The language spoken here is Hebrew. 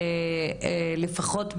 לפחות,